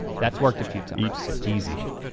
that's worked a few times. easy.